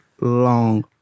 long